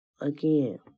Again